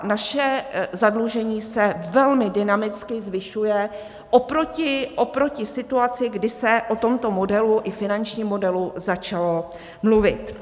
Naše zadlužení se velmi dynamicky zvyšuje oproti situaci, kdy se o tomto modelu, i finančním modelu, začalo mluvit.